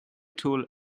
tool